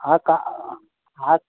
હા કા હા